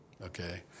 Okay